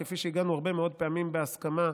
כפי שהגענו הרבה מאוד פעמים בהסכמה,